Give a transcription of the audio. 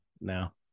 now